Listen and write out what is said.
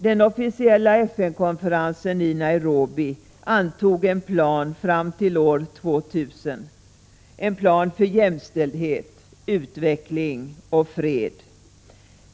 Den officiella FN-konferensen i Nairobi antog en plan fram till år 2000, en plan för jämställdhet, utveckling och fred.